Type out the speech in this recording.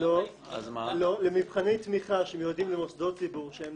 לא למבחני תמיכה שמיועדים למוסדות ציבור שהם